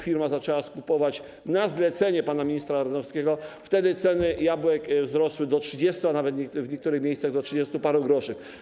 firma zaczęła skupować na zlecenie pana ministra Ardanowskiego, wtedy ceny jabłek wzrosły do 30, a nawet w niektórych miejscach trzydziestu paru groszy.